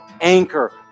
anchor